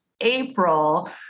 April